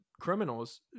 criminals